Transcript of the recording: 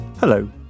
Hello